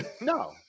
No